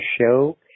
show